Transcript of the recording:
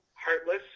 Heartless